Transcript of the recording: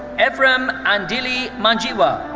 efraim andili mangiwa.